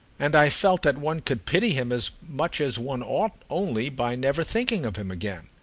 and i felt that one could pity him as much as one ought only by never thinking of him again.